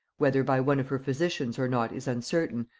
whether by one of her physicians or not is uncertain,